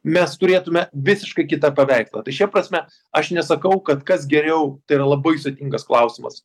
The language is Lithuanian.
mes turėtume visiškai kitą paveikslą tai šia prasme aš nesakau kad kas geriau tai yra labai sudėtingas klausimas